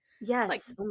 yes